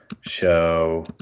show